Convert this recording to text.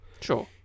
Sure